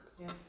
Yes